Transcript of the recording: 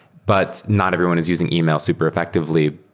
but not everyone is using email super effectively.